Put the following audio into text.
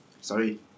Sorry